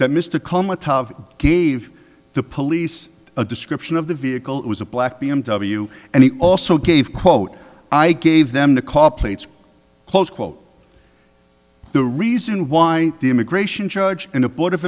that mr gave the police a description of the vehicle was a black b m w and he also gave quote i gave them the call plates close quote the reason why the immigration judge and the board of